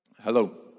Hello